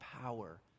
power